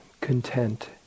content